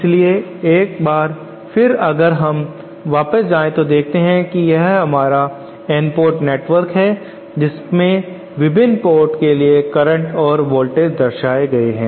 इसलिए एक बार फिर अगर हम वापस जाएं तो देखते हैं की यह हमारा N पोर्ट नेटवर्क है जिसमें विभिन्न पोर्ट के लिए करंट और वोल्टेज दर्शाए गए हैं